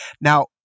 Now